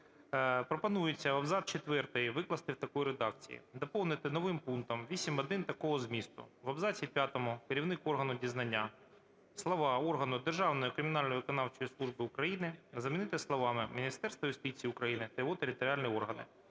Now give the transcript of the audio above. Пропонується абзац четвертий викласти в такій редакції: доповнити новим пунктом 8-1 такого змісту: "в абзаці п'ятому (керівник органу дізнання) слова "органу Державної кримінально-виконавчої служби України" замінити словами "Міністерства юстиції України та його територіальних органів".